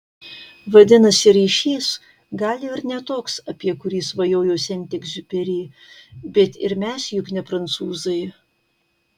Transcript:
vadinasi ryšys gal ir ne toks apie kurį svajojo sent egziuperi bet ir mes juk ne prancūzai